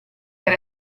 per